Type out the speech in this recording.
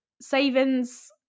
savings